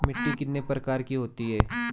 मिट्टी कितने प्रकार की होती है?